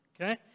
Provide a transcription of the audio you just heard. okay